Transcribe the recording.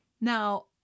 Now